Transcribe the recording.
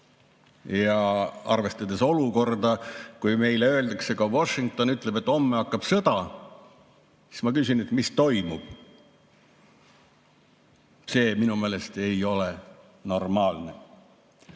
Arvestades olukorda, kui meile öeldakse – ka Washington ütleb –, et homme hakkab sõda, siis ma küsin: mis toimub? See minu meelest ei ole normaalne.